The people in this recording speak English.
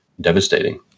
devastating